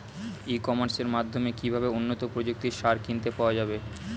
ই কমার্সের মাধ্যমে কিভাবে উন্নত প্রযুক্তির সার কিনতে পাওয়া যাবে?